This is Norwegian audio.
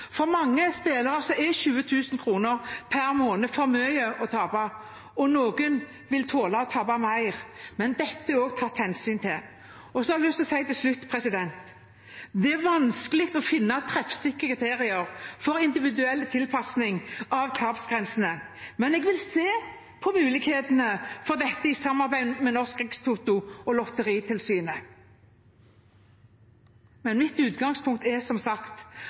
For mange spillere er 20 000 kr per måned for mye å tape, mens andre vil tåle å tape mer. Men dette er det også tatt hensyn til. Jeg har lyst til å si til slutt at det er vanskelig å finne treffsikre kriterier for individuell tilpasning av tapsgrensene, men jeg vil se på mulighetene for dette i samarbeid med Norsk Rikstoto og Lotteritilsynet. Mitt utgangspunkt er som sagt